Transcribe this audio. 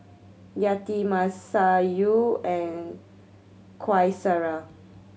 Yati Masayu and Qaisara